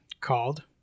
Called